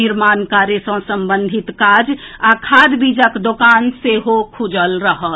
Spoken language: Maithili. निर्माण कार्य सँ संबंधित कार्य आ खाद बीजक दोकान सेहो खुजल रहत